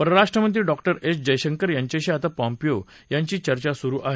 परराष्ट्रमंत्री doctor S Jaishankar यांच्याशी आता पॉम्पीओ यांची चर्चा सुरु आहे